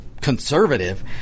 conservative